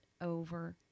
over